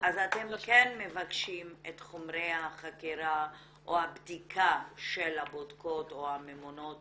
אז אתם כן מבקשים את חומרי החקירה או הבדיקה של הבודקות או הממונות